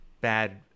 bad